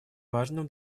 важным